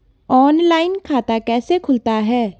Online खाता कैसे खुलता है?